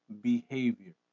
behavior